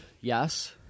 yes